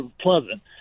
pleasant